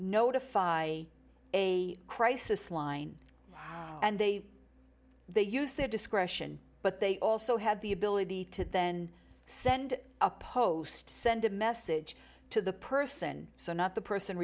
notify a crisis line and they they use their discretion but they also have the ability to then send a post send a message to the person so not the person